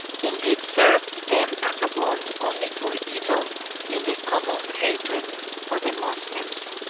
indeed, served them as a bond only for evil in their common hatred for the moslems.